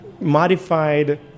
modified